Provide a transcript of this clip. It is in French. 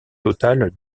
total